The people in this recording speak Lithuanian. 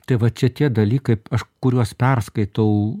tai va čia tie dalykai kuriuos perskaitau